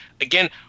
again